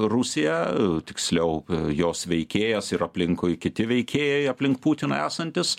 rusija tiksliau jos veikėjas ir aplinkui kiti veikėjai aplink putiną esantys